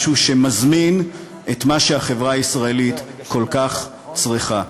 משהו שמזמין את מה שהחברה הישראלית כל כך צריכה.